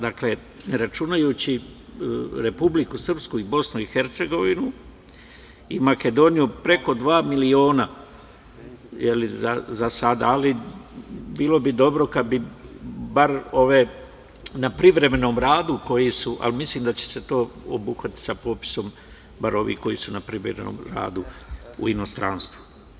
Dakle, ne računajući Republiku Srpsku, BiH i Makedoniju preko dva miliona za sada, ali bilo bi dobro kada bi bar ove na privremenom radu, ali mislim da će se to obuhvatiti sa popisom, bar ovih koji su na privremenom radu u inostranstvu.